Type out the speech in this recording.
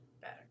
better